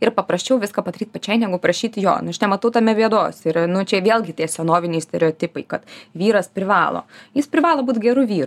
ir paprasčiau viską padaryti pačiai negu prašyti jo nematau tame bėdos yra nu čia vėlgi tie senoviniai stereotipai kad vyras privalo jis privalo būti geru vyru